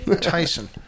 Tyson